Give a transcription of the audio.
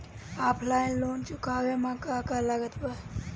Offline loan चुकावे म का का लागत बा?